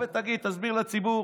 תבוא ותגיד, תסביר לציבור